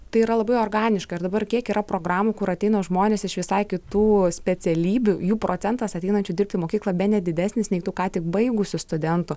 tai yra labai organiška ir dabar kiek yra programų kur ateina žmonės iš visai kitų specialybių jų procentas ateinančių dirbt į mokyklą bene didesnis nei tų ką tik baigusių studentų